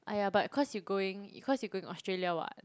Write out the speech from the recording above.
!aiya! but cause you going because you going Australia [what]